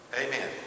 Amen